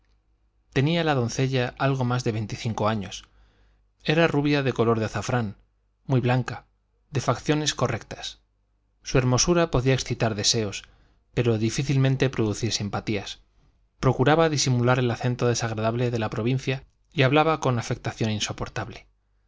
tenía la doncella algo más de veinticinco años era rubia de color de azafrán muy blanca de facciones correctas su hermosura podía excitar deseos pero difícilmente producir simpatías procuraba disimular el acento desagradable de la provincia y hablaba con afectación insoportable